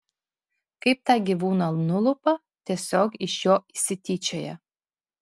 kaip tą gyvūną nulupa tiesiog iš jo išsityčioja